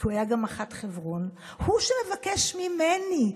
אלוף פיקוד המרכז הוא שמבקש ממני,